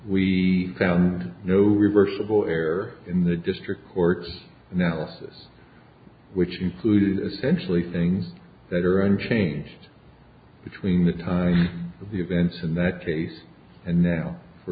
we found no reversible error in the district court's analysis which included essential things that are unchanged between the time of the events in that case and now for